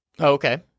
Okay